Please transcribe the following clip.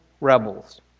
rebels